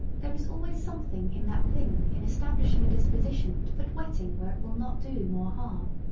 there is always something in that thing in establishing a disposition to put wetting where it will not do more harm.